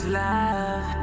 love